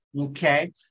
Okay